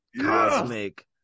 cosmic